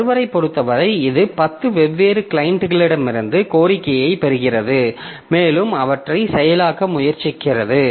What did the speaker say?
சர்வரைப் பொருத்தவரை இது 10 வெவ்வேறு கிளையன்ட்களிடமிருந்து கோரிக்கையைப் பெறுகிறது மேலும் அவற்றைச் செயலாக்க முயற்சிக்கிறது